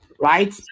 right